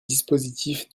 dispositif